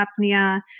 apnea